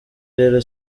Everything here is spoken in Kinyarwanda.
rero